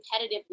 competitively